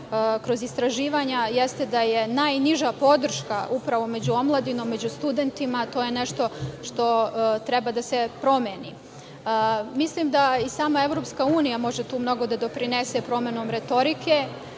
kroz istraživanja, jeste da je najniža podrška upravo među omladinom, među studentima, to je nešto što treba da se promeni. Mislim da i sama EU može tu mnogo da doprinese promenom retorike